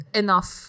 enough